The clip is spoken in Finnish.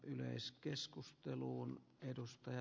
arvoisa puhemies